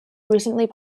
recently